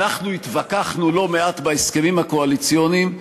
אנחנו התווכחנו לא מעט בהסכמים הקואליציוניים,